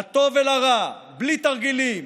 לטוב ולרע, בלי תרגילים.